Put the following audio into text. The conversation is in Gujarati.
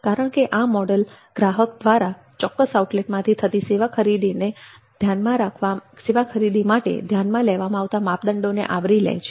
કારણ કે આ મોડલ ગ્રાહક દ્વારા ચોક્કસ આઉટલેટમાંથી થતી સેવા ખરીદી માટે ધ્યાનમાં લેવામાં આવતા માપદંડોને આવરી લે છે